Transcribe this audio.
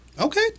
Okay